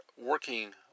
working